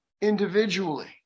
individually